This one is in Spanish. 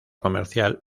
comercial